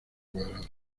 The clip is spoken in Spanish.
cuadrado